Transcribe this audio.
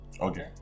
Okay